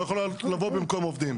לא יכולות לבוא במקום עובדים.